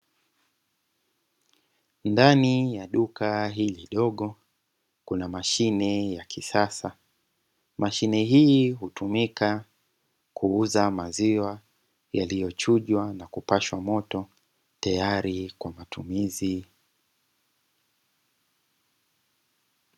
Ndani ya duka hili dogo kuna mashine ya kisasa. Mashine hii hutumika kuuza maziwa yaliyochujwa na kupashwa moto, tayari kwa matumizi.